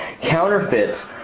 counterfeits